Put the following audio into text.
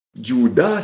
Judas